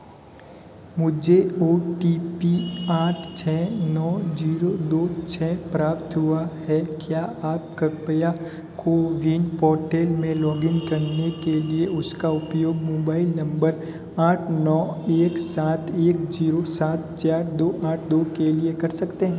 मुझे O T P आठ छः नौ जीरो दो छः प्राप्त हुआ है क्या आप कृपया कोविन पोर्टेल में लॉग इन करने के लिए उसका उपयोग मोबाइल नंबर आठ नौ एक सात एक जीरो सात चार दो आठ दो के लिए कर सकते हैं